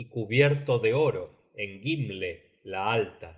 y cubierto de oro en gimle la alta